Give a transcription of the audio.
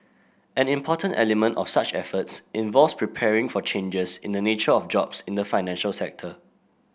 an important element of such efforts involves preparing for changes in the nature of jobs in the financial sector